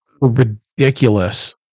ridiculous